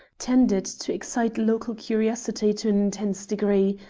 tended to excite local curiosity to an intense degree,